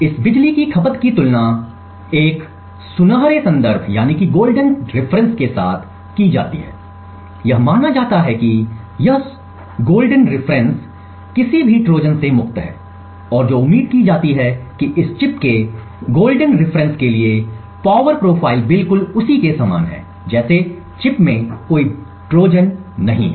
इस बिजली की खपत की तुलना एक सुनहरे संदर्भ के साथ की जाती है यह माना जाता है कि यह सुनहरा संदर्भ किसी भी ट्रोजन से मुक्त है और जो उम्मीद की जाती है कि इस चिप के सुनहरे संदर्भ के लिए पावर प्रोफ़ाइल बिल्कुल उसी के समान है जैसे चिप में कोई ट्रोजन नहीं है